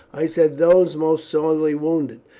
i said those most sorely wounded,